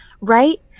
right